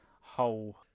whole